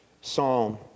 psalm